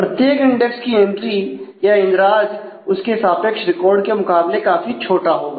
प्रत्येक इंडेक्स की एंट्री या इंद्राज उसके सापेक्ष रिकॉर्ड के मुकाबले काफी छोटा होगा